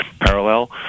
parallel